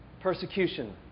persecution